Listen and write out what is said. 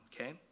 okay